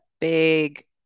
big